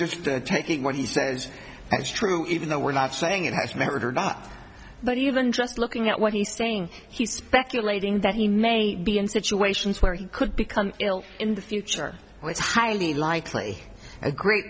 just taking what he says that's true even though we're not saying it has merit or not but even just looking at what he's staying he's speculating that he may be in situations where he could become ill in the future but it's highly likely a great